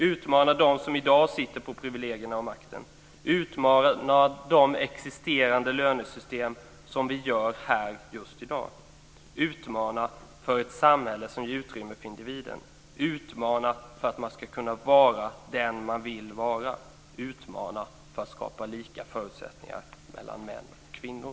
Utmana dem som i dag sitter på privilegierna och makten. Utmana de existerande lönesystemen som vi gör här i dag. Utmana för ett samhälle som ger utrymme för individen. Utmana för att man ska kunna vara den man vill vara. Utmana för att skapa lika förutsättningar mellan män och kvinnor.